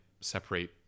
separate